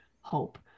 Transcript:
hope